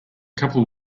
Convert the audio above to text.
couple